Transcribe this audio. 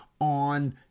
on